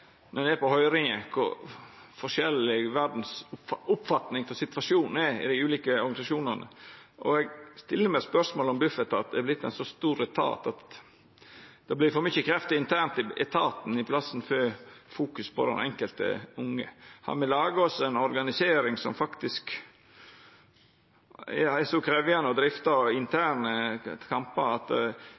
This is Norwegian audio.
kor forskjellig oppfatninga av situasjonen er i dei ulike organisasjonane som var på høyringa. Eg stiller meg spørsmålet om Bufetat er vorten ein så stor etat at det vert brukt for mykje krefter internt i etaten, i plassen for å setja den enkelte ungen i fokus. Har me laga oss ei organisering som faktisk er så krevjande å drifta at interne kampar